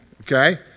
okay